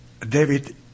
David